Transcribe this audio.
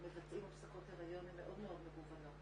מבצעים הפסקות היריון הן מאוד מאוד מגוונות,